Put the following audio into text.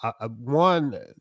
One